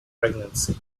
pregnancy